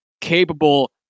capable